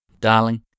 Darling